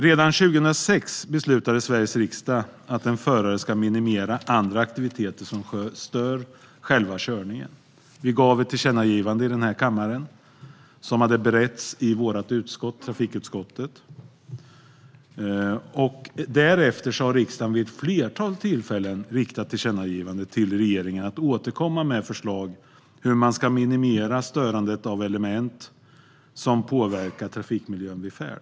Redan 2006 beslutade Sveriges riksdag att en förare ska minimera andra aktiviteter som stör själva körningen. Vi gjorde ett tillkännagivande i den här kammaren som hade beretts i vårt utskott, trafikutskottet. Därefter har riksdagen vid ett flertal tillfällen riktat tillkännagivanden till regeringen om att återkomma med förslag om hur man ska minimera störandet av element som påverkar trafikmiljön vid färd.